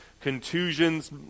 contusions